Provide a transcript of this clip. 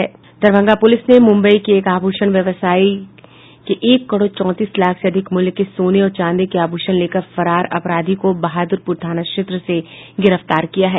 Darbhanga police ने मुंबई के एक आभूषण व्यवसायी के एक करोड़ चौतीस लाख से अधिक मूल्य के सोने और चांदी के आभूषण लेकर फरार अपराधी को बहादुरपुर थाना क्षेत्र से गिरफ्तार किया है